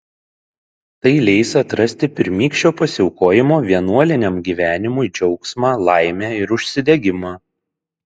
tai leis atrasti pirmykščio pasiaukojimo vienuoliniam gyvenimui džiaugsmą laimę ir užsidegimą